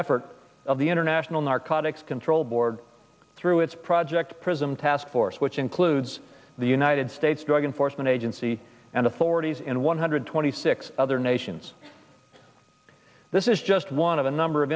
effort of the international narcotics control board through its project prism task force which includes the united states drug enforcement agency and authorities in one hundred twenty six other nations this is just one of a number of